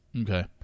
Okay